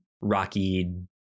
rocky